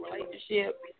relationship